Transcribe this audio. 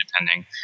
depending